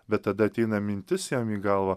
bet tada ateina mintis jam į galvą